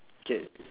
K